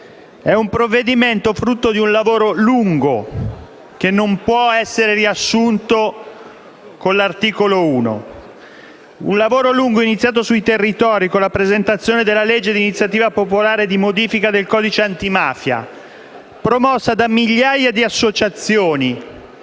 È un provvedimento frutto di un lavoro lungo, che non può essere riassunto con l'articolo 1. Un lavoro lungo, iniziato sui territori, con la presentazione della legge di iniziativa popolare di modifica del codice antimafia, promossa da migliaia di associazioni